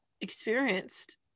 experienced